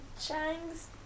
chang's